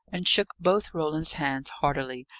and shook both roland's hands heartily,